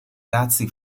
razzi